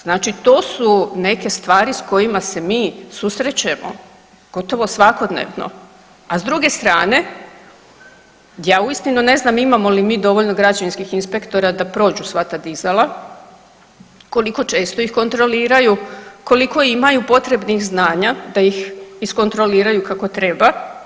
Znači to su neke stvari s kojima se mi susrećemo gotovo svakodnevno, a s druge strane ja uistinu ne znam imamo li mi dovoljno građevinskih inspektora da prođu sva ta dizala, koliko često ih kontroliraju, koliko imaju potrebnih znanja da ih iskontroliraju kako treba.